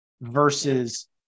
versus